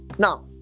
Now